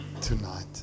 tonight